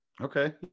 Okay